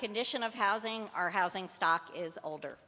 condition of housing our housing stock is older